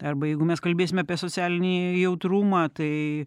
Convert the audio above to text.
arba jeigu mes kalbėsime apie socialinį jautrumą tai